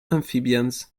amphibians